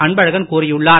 அன்பழகன் கூறியுள்ளார்